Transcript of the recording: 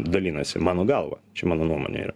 dalinasi mano galva čia mano nuomonė yra